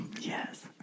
Yes